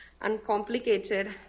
uncomplicated